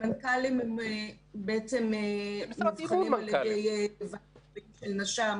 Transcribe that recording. מנכ"לים, הם בעצם נבחנים על ידי ועדות של נש"ם.